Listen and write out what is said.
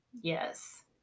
Yes